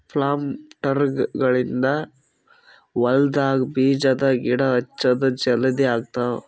ಪ್ಲಾಂಟರ್ಸ್ಗ ಗಳಿಂದ್ ಹೊಲ್ಡಾಗ್ ಬೀಜದ ಗಿಡ ಹಚ್ಚದ್ ಜಲದಿ ಆಗ್ತಾವ್